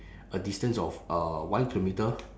a distance of uh one kilometre